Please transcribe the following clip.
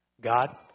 God